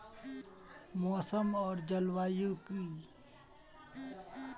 मौसम आर जलवायु युत की प्रमुख तत्व की जाहा?